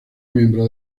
miembros